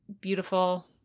beautiful